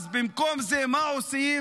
אז במקום זה מה עושים?